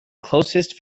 closest